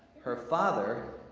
her father,